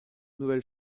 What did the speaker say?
nouvelle